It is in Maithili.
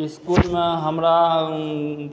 इसकुलमे